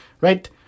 right